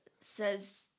says